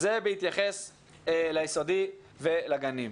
זה בהתייחס ליסודי ולגנים.